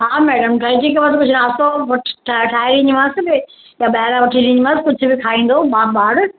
हा मैडम हफ़्तो वठी ठाहे ठाहे ॾींदीमांसि न भई या ॿाहिरां वठी ॾींदीमांसि कुझु त खाईंदो ॿा ॿार